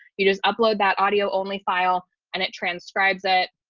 you just upload that audio only file and it transcribes it.